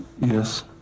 yes